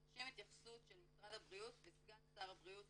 דורשים התייחסות של משרד הבריאות וסגן שר הבריאות